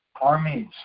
armies